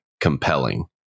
compelling